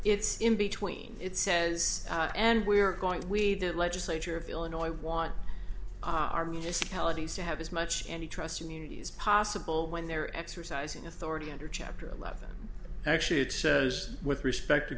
it's in between it says and we're going to weed the legislature of illinois i want our municipalities to have as much any trust immunity as possible when they're exercising authority under chapter eleven actually it says with respect to